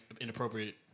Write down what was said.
inappropriate